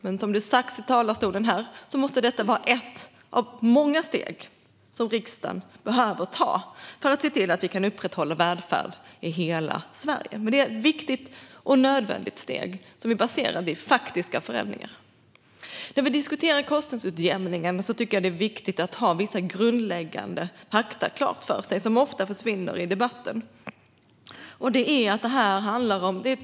Men som det har sagts i talarstolen är det här ett av många steg som riksdagen behöver ta för att upprätthålla välfärden i hela Sverige. Det är ett viktigt och nödvändigt steg som är baserat i faktiska förändringar. När vi diskuterar kostnadsutjämningen är det viktigt att ha vissa grundläggande fakta klara för sig, fakta som ofta försvinner i debatten.